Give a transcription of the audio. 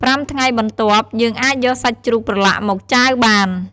៥ថ្ងៃបន្ទាប់ យើងអាចយកសាច់ជ្រូកប្រឡាក់មកចាវបាន។